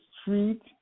street